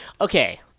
okay